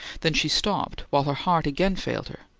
then she stopped, while her heart again failed her,